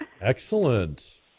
Excellent